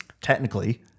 technically